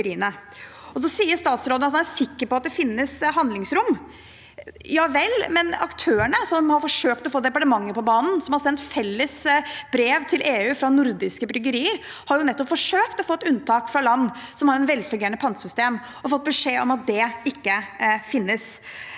statsråden at han er sikker på at det finnes handlingsrom. Ja vel, men aktørene som har forsøkt å få departementet på banen, og som har sendt felles brev til EU fra nordiske bryggerier, har nettopp forsøkt å få unntak for land som har et velfungerende pantesystem, og fått beskjed om at det ikke finnes.